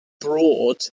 broad